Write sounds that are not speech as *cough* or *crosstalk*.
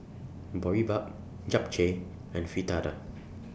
Boribap Japchae and Fritada *noise*